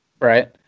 Right